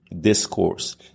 discourse